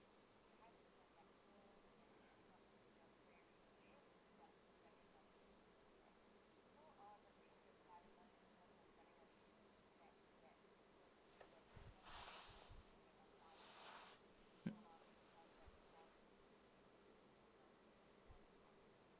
mm